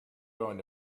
going